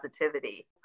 positivity